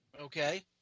Okay